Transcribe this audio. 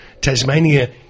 Tasmania